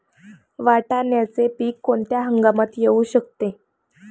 वाटाण्याचे पीक कोणत्या हंगामात येऊ शकते?